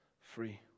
free